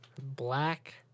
Black